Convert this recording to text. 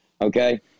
okay